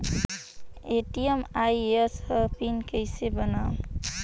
ATM आइस ह pin कइसे बनाओ?